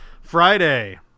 Friday